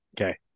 Okay